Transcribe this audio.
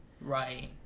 Right